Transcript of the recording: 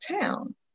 town